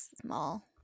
small